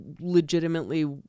legitimately